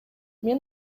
мен